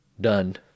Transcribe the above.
done